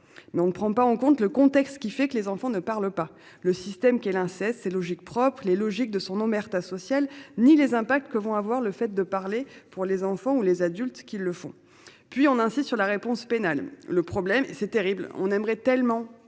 mais on ne prend pas en compte le contexte qui fait que les enfants ne parlent pas le système qui est l'inceste c'est logique propre les logiques de son omerta sociale ni les impacts que vont avoir le fait de parler pour les enfants ou les adultes qui le font. Puis on insiste sur la réponse pénale, le problème c'est terrible on aimerait tellement